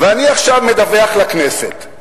ואני עכשיו מדווח לכנסת: